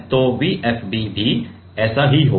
तो V FB भी ऐसा ही होगा